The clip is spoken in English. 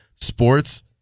sports